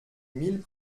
mille